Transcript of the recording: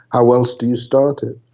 how else do you start it?